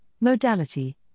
modality